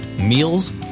meals